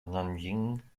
nanjing